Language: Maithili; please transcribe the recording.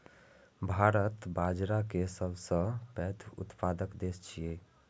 भारत बाजारा के सबसं पैघ उत्पादक देश छियै